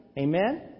amen